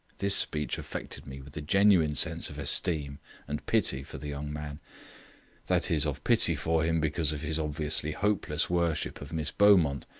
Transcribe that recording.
this speech affected me with a genuine sense of esteem and pity for the young man that is, of pity for him because of his obviously hopeless worship of miss beaumont,